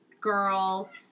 girl